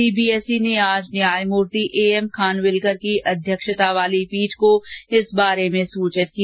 CBSE ने आज न्यायमूर्ति एएम खानविलकर की अध्यक्षता वाली पीठ को इस बारे में सूचित किया